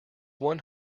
one